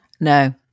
No